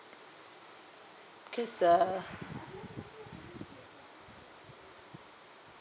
because uh